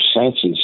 senses